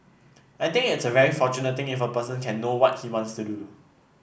I think it's a very fortunate thing if a person can know what he wants to do